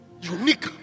Unique